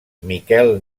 miquel